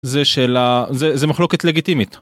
זה שאלה זה זה מחלוקת לגיטימית.